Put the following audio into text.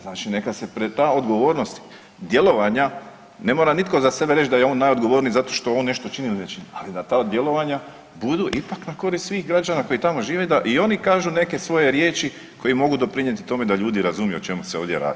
Znači neka se ta odgovornost djelovanja, ne mora nitko za sebe reći da je on najodgovorniji zašto što on nešto čini ili ne čini, ali da ta djelovanja budu ipak na korist svih građana koji tamo žive da i oni kažu neke svoje riječi koje mogu doprinijeti tome da ljudi razumiju o čemu se ovdje radi.